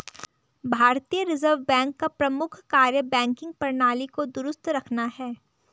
भारतीय reserve bank का प्रमुख कार्य बैंकिंग प्रणाली को दुरुस्त रखना है